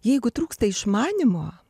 jeigu trūksta išmanymo